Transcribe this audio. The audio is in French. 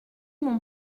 mon